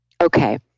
Okay